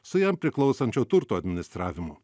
su jam priklausančio turto administravimu